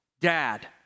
Dad